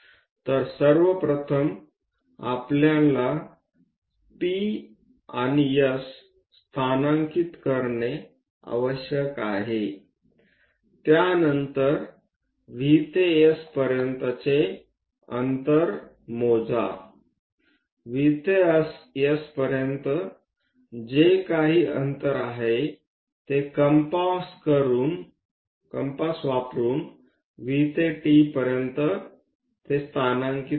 तर सर्वप्रथम आपल्याला P आणि S स्थानांकित करणे आवश्यक आहे त्यानंतर V ते S पर्यंतचे अंतर मोजा V ते S पर्यंत जे काही अंतर आहे ते कंपास वापरुन V ते T पर्यंतचे ते स्थानांकित करा